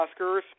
Oscars